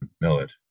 millet